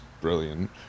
brilliant